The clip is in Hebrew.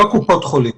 לא קופות חולים.